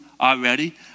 already